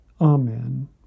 Amen